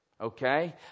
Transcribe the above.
Okay